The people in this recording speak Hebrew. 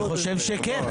אני חושב שכן.